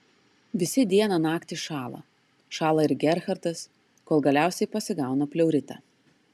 visi dieną naktį šąla šąla ir gerhardas kol galiausiai pasigauna pleuritą